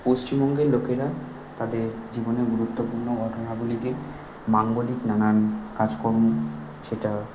পশ্চিমবঙ্গের লোকেরা তাদের জীবনের গুরুত্বপূর্ণ ঘটনাগুলিকে মাঙ্গলিক নানান কাজকর্ম সেটা